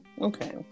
okay